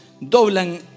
doblan